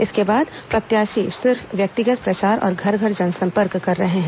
इसके बाद प्रत्याशी सिर्फ व्यक्तिगत प्रचार और घर घर जनसंपर्क कर रहे हैं